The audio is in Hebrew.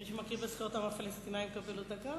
מי שמכיר בזכויות העם הפלסטיני מקבל עוד דקה?